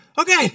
Okay